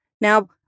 Now